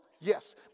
Yes